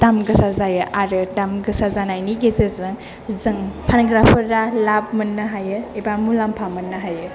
दाम गोसा जायो आरो दाम गोसा जानायनि गेजेरजों जों फानग्राफोरा लाब मोन्नो हायो एबा मुलाम्फा मोननो हायो